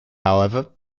however